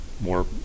more